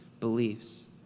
beliefs